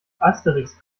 asterix